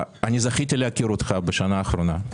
זכיתי להכיר אותך בשנה האחרונה,